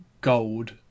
gold